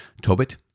Tobit